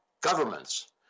governments